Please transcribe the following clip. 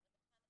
על רווחה נפשית,